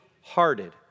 hearted